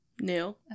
new